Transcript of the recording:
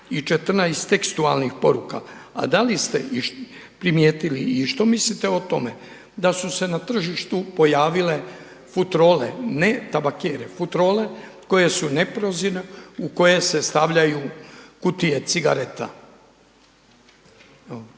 i 14 tekstualnih poruka. A da li se primijetili i što mislite o tome da su se na tržištu pojavile futrole ne tabakere, futrole koje su neprozirne u koje se stavljaju kutije cigareta?